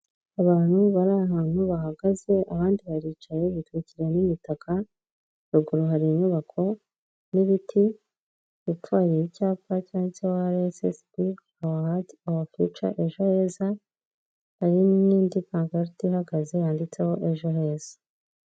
Abantu bari ahantu bahagaze. Abandi baricaye bitwikiriye n'imitaka. Ruguru hari inyubako n'ibiti. Hepfo hari icyapa cyanditseho RSSB, Awa Hati, Awa Fiyuca Ejo Heza. Hari n'indi magaride ihagaze yanditseho Ejo Heza.